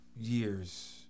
years